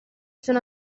sono